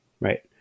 Right